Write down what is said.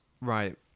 Right